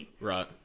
Right